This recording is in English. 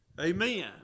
Amen